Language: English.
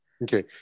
Okay